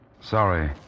Sorry